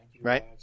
Right